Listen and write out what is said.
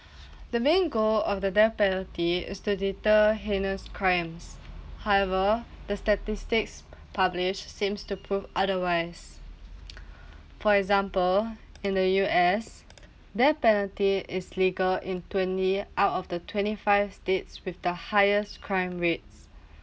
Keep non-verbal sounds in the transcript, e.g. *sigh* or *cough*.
*breath* the main goal of the death penalty is to deter heinous crimes however the statistics published seems to prove otherwise *noise* *breath* for example in the U_S death penalty is legal in twenty out of the twenty five states with the highest crime rate